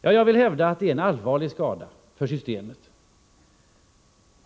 Jag vill hävda att det skulle innebära en allvarlig skada för systemet.